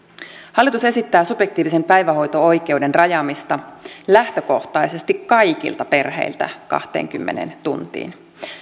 hallitus esittää subjektiivisen päivähoito oikeuden rajaamista lähtökohtaisesti kaikilta perheiltä kahteenkymmeneen tuntiin